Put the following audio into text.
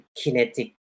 kinetic